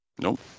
Nope